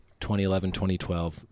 2011-2012